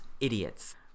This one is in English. idiots